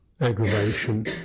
aggravation